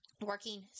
working